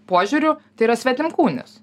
požiūriu tai yra svetimkūnis